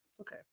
Okay